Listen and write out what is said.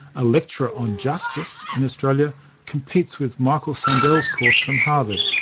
a lecturer on justice in australia competes with michael sandel's course from harvard,